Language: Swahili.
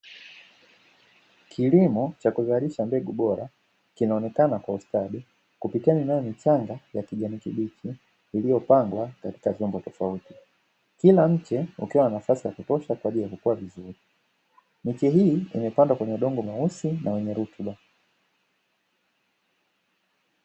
Kilimo cha kuzalisha mbegu bora kinaonekana kwa ustadi kupitia mimea michanga ya kijani kibichi, iliyopangwa katika vyombo tofauti. Kila mche ukiwa na nafasi ya kutosha kwa ajili ya kukua vizuri. Miche hiyo imepandwa kwenye udongo mweusi na wenye rutuba.